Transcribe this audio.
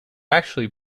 actually